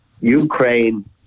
Ukraine